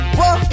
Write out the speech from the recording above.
whoa